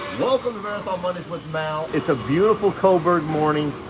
welcome to marathon mondays with mal. it's a beautiful coburg morning.